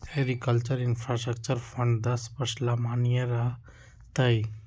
agriculture infrastructure fund दस वर्ष ला माननीय रह तय